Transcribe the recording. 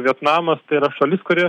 vietnamas tai yra šalis kuri